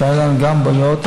שגם לגביו היו לנו בעיות.